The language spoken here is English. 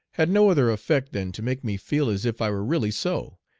had no other effect than to make me feel as if i were really so,